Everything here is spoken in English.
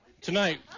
Tonight